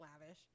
lavish